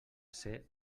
ser